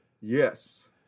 Yes